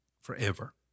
forever